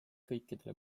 kõikidele